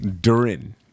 Durin